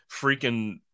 freaking